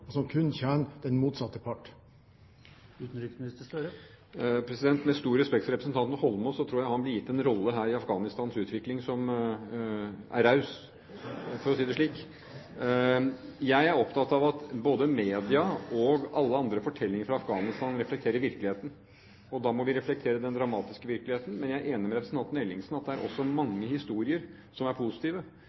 som kun tjener den motsatte part. Med stor respekt for representanten Holmås tror jeg han blir gitt en rolle her i Afghanistans utvikling som er raus, for å si det slik. Jeg er opptatt av at både media og alle andre fortellinger fra Afghanistan reflekterer virkeligheten, og da må vi reflektere den dramatiske virkeligheten. Men jeg er enig med representanten Ellingsen i at det også er mange historier som er positive.